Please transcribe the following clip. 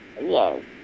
Yes